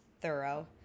thorough